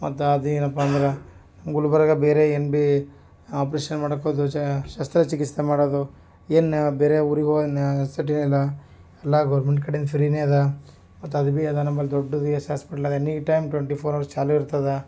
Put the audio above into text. ಮತ್ತು ಅದೇನಪ್ಪಾ ಅಂದ್ರೆ ಗುಲ್ಬರ್ಗಾ ಬೇರೆ ಏನ್ ಬಿ ಆಪ್ರೇಷನ್ ಮಾಡೋಕೊದರು ಶಸ್ತ್ರ ಚಿಕಿತ್ಸೆ ಮಾಡೋದು ಏನು ಬೇರೆ ಊರಿಗೆ ಹೋಗುವ ನೆಸ್ಸಿಟಿನೇ ಇಲ್ಲ ಎಲ್ಲ ಗೌರ್ಮೆಂಟ್ ಕಡೆಯಿಂದ ಫ್ರೀನೇ ಅದೆ ಮತ್ತು ಅದು ಬಿ ಅದ ನಂಬಲ್ಲಿ ದೊಡ್ದದು ESI hospital any time twenty four hours ಚಾಲುಯಿರ್ತದ